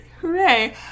Hooray